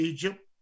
Egypt